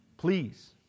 Please